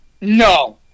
No